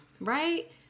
right